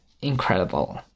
incredible